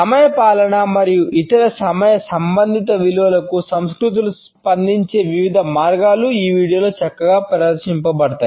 సమయపాలన మరియు ఇతర సమయ సంబంధిత విలువలకు సంస్కృతులు స్పందించే వివిధ మార్గాలు ఈ వీడియోలో చక్కగా ప్రదర్శించబడతాయి